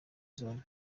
zone